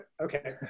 Okay